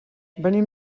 venim